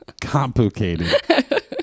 Complicated